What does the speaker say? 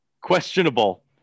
questionable